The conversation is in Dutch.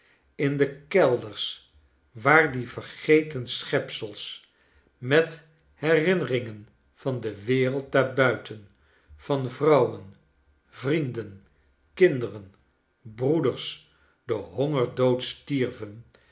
in de kelders waar die vergeten schepsels met herinneringen van de wereld daar buiten van vrouwen vrienden kinderen broeders den hongerdood stierven